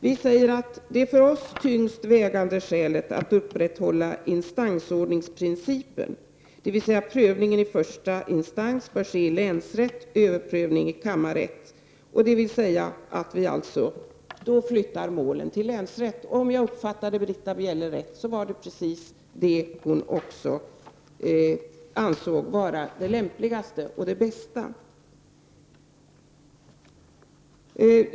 Vi säger att det för oss tyngst vägande skälet att upprätthålla instansordningsprincipen, dvs. att prövning i första instans bör ske i länsrätten och överprövning i kammarrätten, är att vi då flyttar målen till länsrätten. Om jag uppfattar Britta Bjelle rätt var detta precis vad också Britta Bjelle ansåg vara det lämpligaste och bästa.